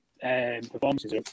performances